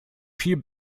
viel